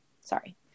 Sorry